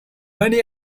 many